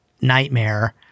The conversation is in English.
nightmare